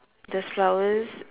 there's flowers